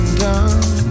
done